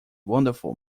wonderful